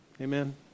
Amen